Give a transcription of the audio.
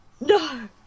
no